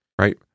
right